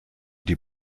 die